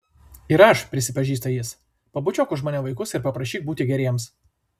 ir aš prisipažįsta jis pabučiuok už mane vaikus ir paprašyk būti geriems